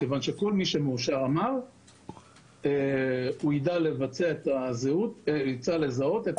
כיוון שכל בדיקה שמאושרת יודעת לזהות --- כל